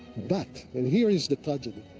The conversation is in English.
but, and here is the tragedy.